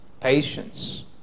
patience